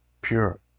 pure